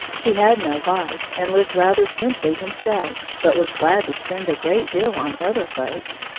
he had no wife and lived rather simply himself, but was glad to spend a great deal on other folks.